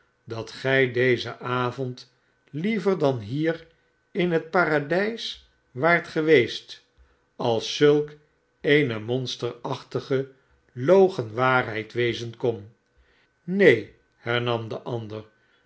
dat gij dezen avond liever dan hier in het paradijs waart geweest als zulk eene monsterachtige logen waarheid wezen kon neen hernam de ander